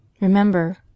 Remember